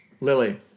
Lily